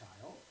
child